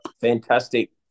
Fantastic